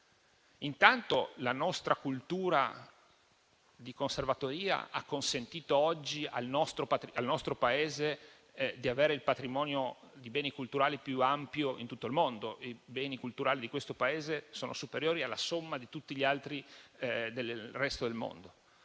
Intanto, la nostra cultura di conservatoria ha consentito oggi al nostro Paese di avere il patrimonio di beni culturali più ampio in tutto il mondo: i beni culturali di questo Paese sono superiori alla somma di tutti gli altri del resto del mondo